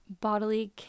bodily